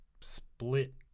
split